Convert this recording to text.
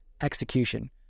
execution